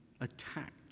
attacked